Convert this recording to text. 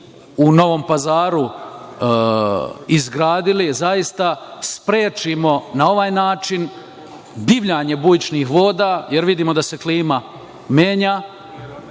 u Novom Pazaru izgradili, zaista sprečimo na ovaj način divljanje bujičnih voda, jer vidimo da se klima menja